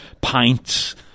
pints